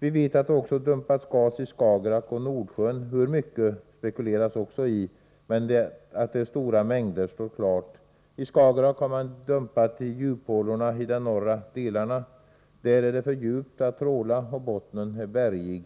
Vi vet att det också dumpats gas i Skagerack och Nordsjön. Hur mycket spekuleras också i, men att det är stora mängder står klart. I Skagerack har man dumpat i djuphålorna i de norra delarna. Där är det för djupt att tråla, och bottnen är bergig.